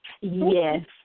Yes